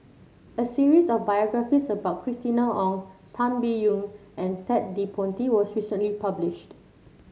a series of biographies about Christina Ong Tan Biyun and Ted De Ponti was recently published